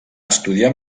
estudiar